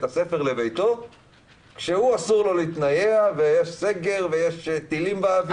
הספר לביתו כאשר לו אסור להתנייע ויש סגר ויש טילים באוויר.